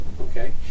okay